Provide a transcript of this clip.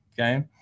okay